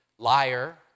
liar